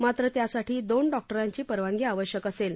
मात्र त्यासाठी दोन डॉक्टरांची परवानगी आवश्यक असेल